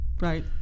Right